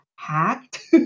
hacked